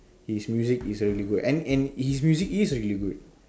his music is really good and and his music is really good